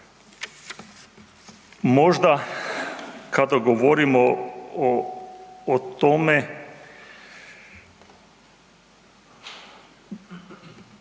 Možda kada govorimo o tome